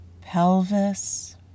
pelvis